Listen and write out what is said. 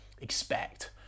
expect